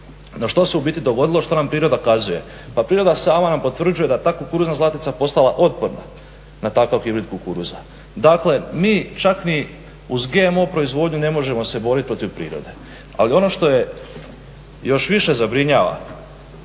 No što se ubiti dogodilo, što nam priroda kazuje? Pa priroda sama nam potvrđuje da ta kukuruzna zlatica postala otporna na takav hibrid kukuruza. Dakle, mi čak ni uz GMO proizvodnju ne možemo se boriti protiv prirode. Ali ono što je još više zabrinjava